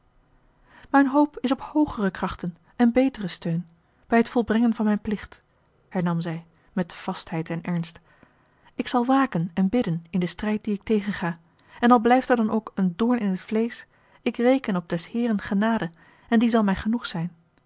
mijne hoop is op hoogere kracht en beteren steun bij t volbrengen van mijn plicht hernam zij met vastheid en ernst ik zal waken en bidden in den strijd dien ik tegenga en al blijft er dan ook een doorn in het vleesch ik reken op des heeren genade en die zal mij genoeg zijn